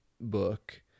Book